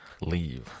leave